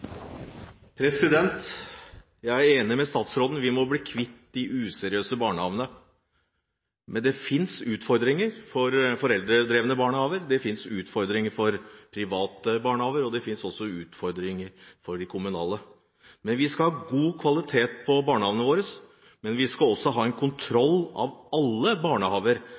må bli kvitt de useriøse barnehagene. Det finnes utfordringer for foreldredrevne barnehager, det finnes utfordringer for private barnehager, og det finnes også utfordringer for de kommunale. Vi skal ha god kvalitet på barnehagene våre, men vi skal også ha en kontroll av alle barnehager,